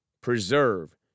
preserve